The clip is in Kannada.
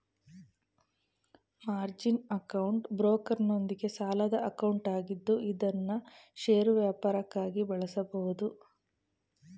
ಮಾರ್ಜಿನ್ ಅಕೌಂಟ್ ಬ್ರೋಕರ್ನೊಂದಿಗೆ ಸಾಲದ ಅಕೌಂಟ್ ಆಗಿದ್ದು ಇದ್ನಾ ಷೇರು ವ್ಯಾಪಾರಕ್ಕಾಗಿ ಬಳಸಬಹುದು